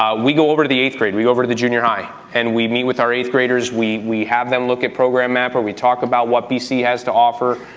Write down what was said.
ah we go over to the eighth grade, we go over to the junior high, and we meet with our eighth graders, we we have them look at program mapper, we talk about what bc has to offer,